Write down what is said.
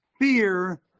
fear